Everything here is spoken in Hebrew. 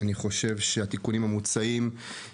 אני חושב שהתיקונים המוצעים בה הם הכרחיים,